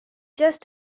just